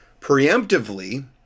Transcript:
preemptively